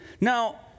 Now